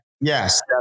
Yes